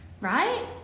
right